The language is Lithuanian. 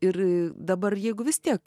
ir dabar jeigu vis tiek